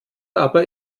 aber